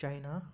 China